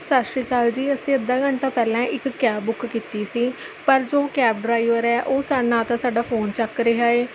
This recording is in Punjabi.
ਸਤਿ ਸ਼੍ਰੀ ਅਕਾਲ ਜੀ ਅਸੀਂ ਅੱਧਾ ਘੰਟਾ ਪਹਿਲਾਂ ਇੱਕ ਕੈਬ ਬੁੱਕ ਕੀਤੀ ਸੀ ਪਰ ਜੋ ਕੈਬ ਡਰਾਈਵਰ ਹੈ ਉਹ ਸਾ ਨਾ ਤਾਂ ਸਾਡਾ ਫੋਨ ਚੱਕ ਰਿਹਾ ਏ